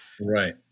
Right